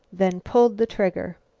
then pulled the trigger.